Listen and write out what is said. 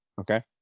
Okay